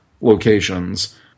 locations